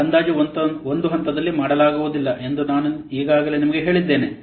ಈ ಅಂದಾಜು ಒಂದು ಹಂತದಲ್ಲಿ ಮಾಡಲಾಗುವುದಿಲ್ಲ ಎಂದು ನಾನು ಈಗಾಗಲೇ ನಿಮಗೆ ಹೇಳಿದ್ದೇನೆ